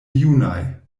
junaj